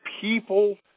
people